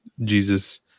jesus